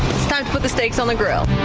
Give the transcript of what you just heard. but the stakes only grow.